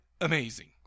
Amazing